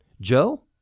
Joe